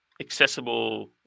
accessible